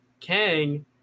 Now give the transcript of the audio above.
Kang